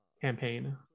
campaign